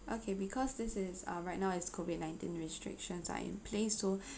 okay because this is uh right now as COVID nineteen restrictions are in place so